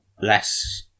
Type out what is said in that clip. less